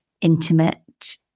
intimate